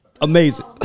Amazing